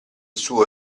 suo